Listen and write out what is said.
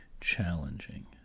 challenging